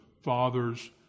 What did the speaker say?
fathers